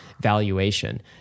valuation